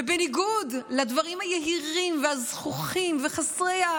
ובניגוד לדברים היהירים והזחוחים וחסרי,